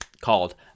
called